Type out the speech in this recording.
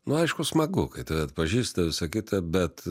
nu aišku smagu kai tave atpažįsta visa kita bet